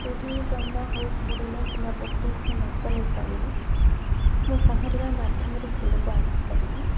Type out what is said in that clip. କେଉଁଠି ଡଙ୍ଗା ହେଉ ବୁଡ଼ିଲା କିମ୍ବା ବୋଟିଙ୍ଗ୍ ନ ଚଳେଇ ପାରିଲି ମୁଁ ପହଁରିବା ମାଧ୍ୟମରେ କୂଳକୁ ଆସିପାରିବି